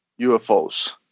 UFOs